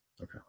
Okay